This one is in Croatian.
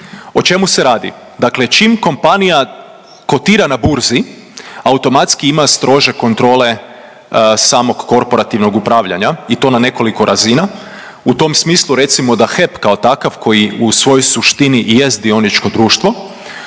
O čemu se radi? Dakle čim kompanija kotira na burzi, automatski ima strože kontrole samog korporativnog upravljanja i to na nekoliko razina. U tom smislu recimo da HEP kao takav koji u svojoj suštini i jest dioničko društvo,